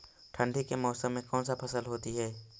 ठंडी के मौसम में कौन सा फसल होती है?